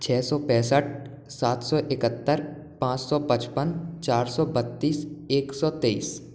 छः सौ पैंसठ सात सौ इकहत्तर पाँच सौ पचपन चार सौ बत्तीस एक सौ तेईस